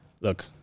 Look